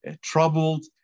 troubled